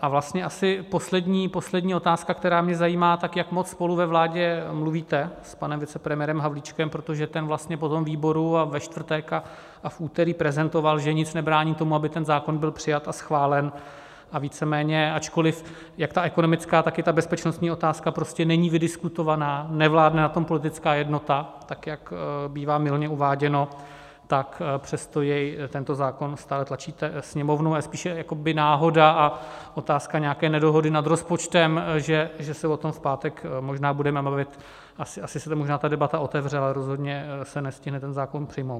A vlastně asi poslední otázka, která mě zajímá, tak jak moc spolu ve vládě mluvíte s panem vicepremiérem Havlíčkem, protože ten vlastně po tom výboru a ve čtvrtek a v úterý prezentoval, že nic nebrání tomu, aby ten zákon byl přijat a schválen, a víceméně ačkoliv jak ta ekonomická, tak i ta bezpečnostní otázka prostě není vydiskutována, nevládne na tom politická jednota, tak jak bývá mylně uváděno, tak přesto jej, tento zákon, stále tlačíte Sněmovnou, ale spíše jakoby náhoda a otázka nějaké nedohody nad rozpočtem, že o tom v pátek možná budeme mluvit, asi se možná ta debata otevře, ale rozhodně se nestihne ten zákon přijmout.